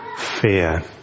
fear